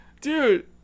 dude